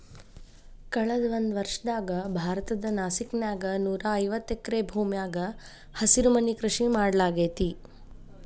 ಕಳದ ಒಂದ್ವರ್ಷದಾಗ ಭಾರತದ ನಾಸಿಕ್ ನ್ಯಾಗ ನೂರಾಐವತ್ತ ಎಕರೆ ಭೂಮ್ಯಾಗ ಹಸಿರುಮನಿ ಕೃಷಿ ಮಾಡ್ಲಾಗೇತಿ